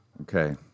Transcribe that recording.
Okay